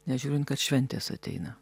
nežiūrint kad šventės ateina